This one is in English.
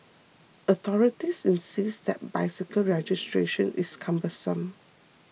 authorities insist that bicycle registration is cumbersome